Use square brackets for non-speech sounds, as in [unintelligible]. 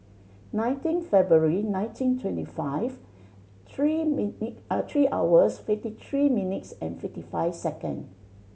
nineteen February nineteen twenty five three minute [unintelligible] three hours fifty three minutes and fifty five second